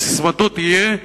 שססמתו תהיה: